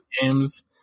games